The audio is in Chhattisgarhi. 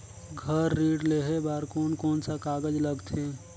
घर ऋण लेहे बार कोन कोन सा कागज लगथे?